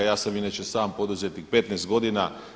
Ja sam inače sam poduzetnik 15 godina.